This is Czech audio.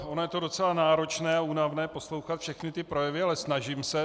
Ono je to docela náročné a únavné poslouchat všechny ty projevy, ale snažím se.